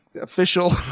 official